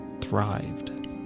thrived